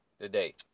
today